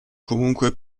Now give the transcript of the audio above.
comunque